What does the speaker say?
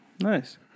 Nice